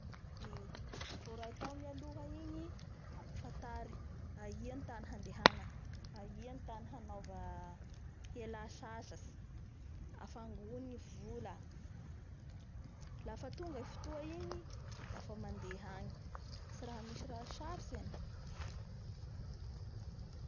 Vo raitao mialoha igny, fantary aia ny tany handehana, aia ny tany hanaova- hiala sasatsy, lafa angòny ny vola. Lafa tonga i fotoa igny dafa mandeha agny, tsy raha misy raha sarotsy any.